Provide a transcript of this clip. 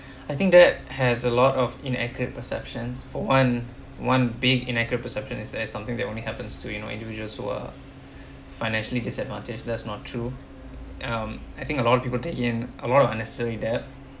I think that has a lot of inaccurate perceptions for one one big inaccurate perception is that something that only happens to you know individuals who are financially disadvantaged that's not true um I think a lot of people take in a lot of unnecessary debt